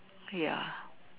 ya